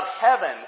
heaven